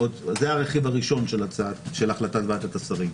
זה הרכיב הראשון של החלטת ועדת השרים.